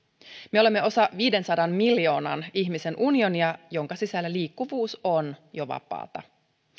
me olemme osa viidensadan miljoonan ihmisen unionia jonka sisällä liikkuvuus on jo vapaata